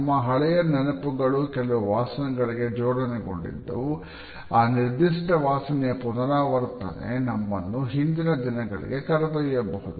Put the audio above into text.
ನಮ್ಮ ಹಳೆಯ ನೆನಪುಗಳು ಕೆಲವು ವಾಸನೆಗಳಿಗೆ ಜೋಡಣೆಗೊಂಡಿದ್ದು ಆ ನಿರ್ದಿಷ್ಟ ವಾಸನೆಯ ಪುನರಾವರ್ತನೆ ನಮ್ಮನ್ನು ಹಿಂದಿನ ದಿನಗಳಿಗೆ ಕರೆದೊಯ್ಯಬಹುದು